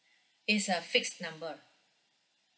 it's a fixed number